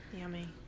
Yummy